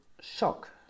shock